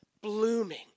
blooming